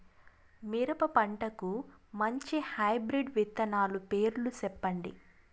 మిరప పంటకు మంచి హైబ్రిడ్ విత్తనాలు పేర్లు సెప్పండి?